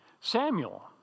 Samuel